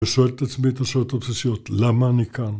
ושואל את עצמי את השאלות הבסיסיות, למה אני כאן?